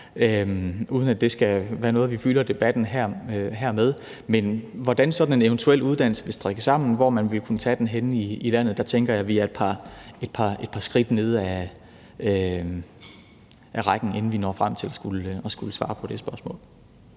uden at det skal være noget, vi fylder debatten med her. Men i forhold til hvordan sådan en eventuel uddannelse skal strikkes sammen og hvor man ville kunne tage den henne i landet, tænker jeg, at vi skal et par skridt ned i rækken, inden vi når frem til at skulle svare på det spørgsmål.